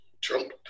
Trump